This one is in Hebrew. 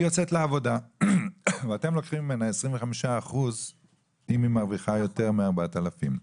היא יוצאת לעבודה ואתם לוקחים ממנה 25% אם היא מרוויחה יותר מ-4,000.